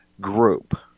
group